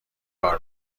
کار